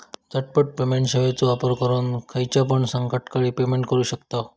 झटपट पेमेंट सेवाचो वापर करून खायच्यापण संकटकाळी पेमेंट करू शकतांव